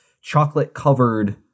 chocolate-covered